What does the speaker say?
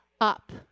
up